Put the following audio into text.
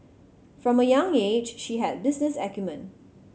from a young age she had business acumen